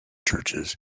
churches